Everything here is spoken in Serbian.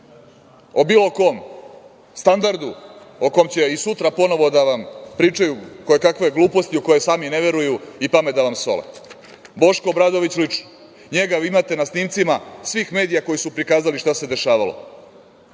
o bilo kom standardu o kome će i sutra ponovo da vam pričaju koje kakve gluposti u koje sami ne veruju i pamet da vam sole. Boško Obradović lično, njega imate na snimcima svih medija koji su prikazali šta se dešavalo.